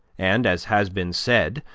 and, as has been said,